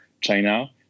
China